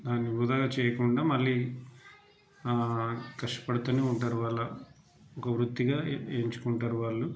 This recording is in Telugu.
దాన్ని వృధాగా చేయకుండా మళ్ళీ కష్టపడుతూనే ఉంటారు వాళ్ళ ఒక వృత్తిగా ఏ ఎంచుకుంటారు వాళ్ళు